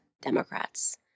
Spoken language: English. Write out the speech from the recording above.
Democrats